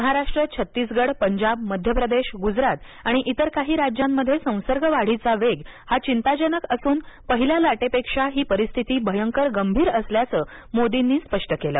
महाराष्ट्र छत्तीसगड पंजाब मध्य प्रदेश गुजरात आणि इतर काही राज्यांमध्ये संसर्ग वाढीचा वेग चिंताजनक असून पहिल्या लाटेपेक्षा ही परिस्थिती गंभीर असल्याचं मोदींनी स्पष्ट केलं